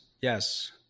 yes